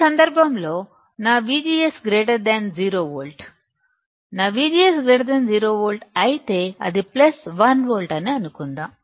ఈ సందర్భంలో నా VGS 0 వోల్ట్ నా VGS 0 వోల్ట్ అయితే అది ప్లస్ 1 వోల్ట్ అని అనుకుందాం